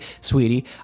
sweetie